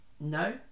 No